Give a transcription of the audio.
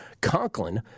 Conklin